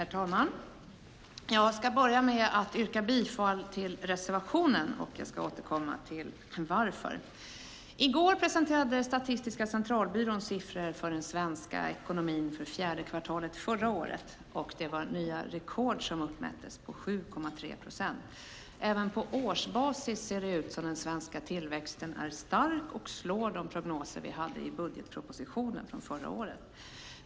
Herr talman! Jag ska börja med att yrka bifall till reservationen och jag ska återkomma till varför. I går presenterade Statistiska centralbyrån siffror för den svenska ekonomin för fjärde kvartalet förra året. Det var nya rekord som uppmättes på 7,3 procent. Även på årsbasis ser det ut som att den svenska tillväxten är stark och slår de prognoser vi hade i budgetpropositionen för förra året.